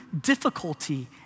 difficulty